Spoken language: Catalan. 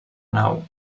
nau